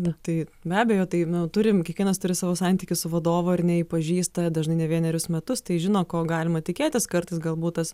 nu tai be abejo tai nu turim kiekvienas turi savo santykius su vadovu ar ne jį pažįsta dažnai ne vienerius metus tai žino ko galima tikėtis kartais galbūt tas